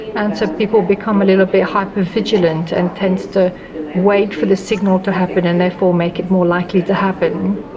and so people become a little bit hypervigilant and tend to wait for the signal to happen and therefore make it more likely to happen.